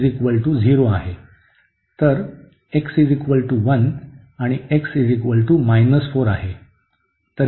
तर x 1 आणि x 4 आहे